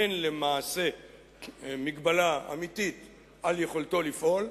אין למעשה מגבלה אמיתית על יכולתו לפעול,